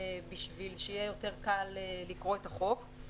בשביל שיהיה יותר קל לקרוא את החוק.